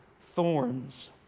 thorns